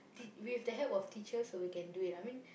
tea~ with the help of teachers we can do it I mean